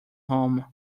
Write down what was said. home